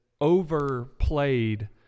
overplayed